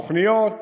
תוכניות.